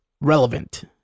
relevant